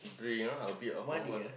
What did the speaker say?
drink ah a bit alcohol lah